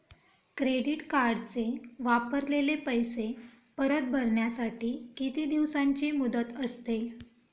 Credit कार्डचे वापरलेले पैसे परत भरण्यासाठी किती दिवसांची मुदत असते?